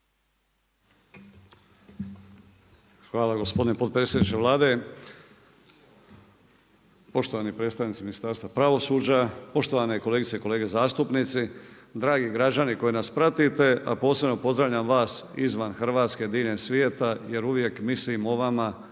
Hvala gospodine potpredsjedniče Sabora. Poštovani predstavnici Ministarstva pravosuđa, poštovane kolegice i kolege zastupnici, dragi građani koji nas pratite, a posebno pozdravljam vas izvan Hrvatske jer uvijek mislim o vama,